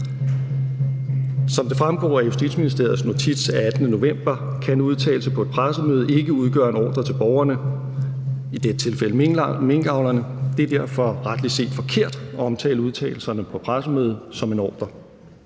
Som det fremgår af Justitsministeriets notits af 18. november kan en udtalelse på et pressemøde ikke udgøre en ordre til borgerne, i dette tilfælde minkavlerne. Det er derfor retligt set forkert at omtale udtalelserne på pressemødet som en ordre.